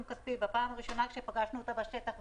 כספי בפעם הראשונה כשפגשנו אותה בשטח,